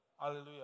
Hallelujah